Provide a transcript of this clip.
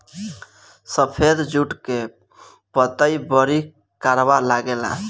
सफेद जुट के पतई बड़ी करवा लागेला